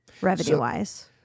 revenue-wise